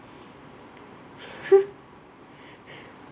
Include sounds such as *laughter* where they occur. *laughs*